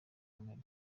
comedy